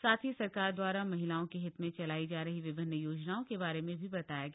साथ ही सरकार दवारा महिलाओं के हित में चलाई जा रही विभिन्न योजनाओं के बारे में भी बताया गया